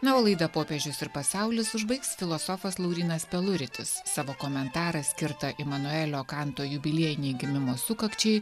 na o laidą popiežius ir pasaulis užbaigs filosofas laurynas peluritis savo komentarą skirtą imanuelio kanto jubiliejinei gimimo sukakčiai